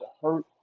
hurt